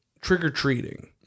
trick-or-treating